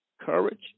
courage